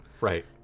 Right